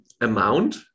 amount